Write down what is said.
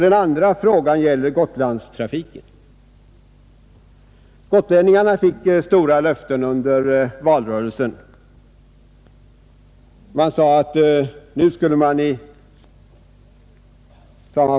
Den andra frågan gäller Gotlandstrafiken. Gotlänningarna fick stora löften under valrörelsen.